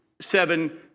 seven